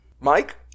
Mike